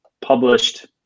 published